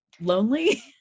lonely